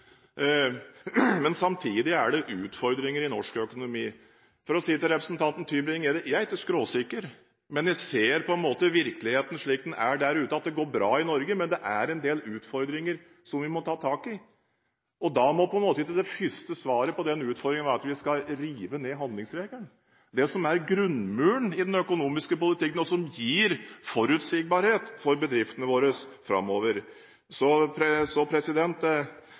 men samtidig er det utfordringer i norsk økonomi. Jeg vil si til representanten Tybring-Gjedde: Jeg er ikke skråsikker, men jeg ser virkeligheten slik den er der ute, at det går bra i Norge, men at det er en del utfordringer som vi må ta tak i. Og da må ikke det første svaret på den utfordringen være at vi skal rive ned handlingsregelen – det som er grunnmuren i den økonomiske politikken, og som gir forutsigbarhet for bedriftene våre framover. Så